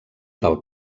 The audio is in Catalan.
del